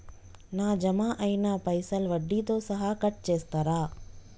నా జమ అయినా పైసల్ వడ్డీతో సహా కట్ చేస్తరా?